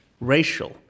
racial